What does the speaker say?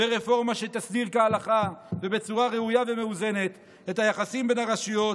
ברפורמה שתסדיר כהלכה ובצורה ראויה ומאוזנת את היחסים בין הרשויות,